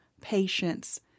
patience